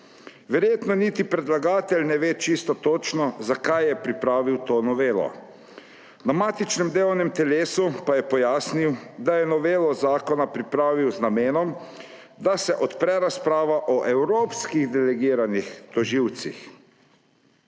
Verjetno niti predlagatelj ne ve čisto točno, zakaj je pripravil to novelo. Na matičnem delovnem telesu pa je pojasnil, da je novelo zakona pripravil z namenom, da se odpre razprava o evropskih delegiranih tožilcih.